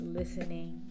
listening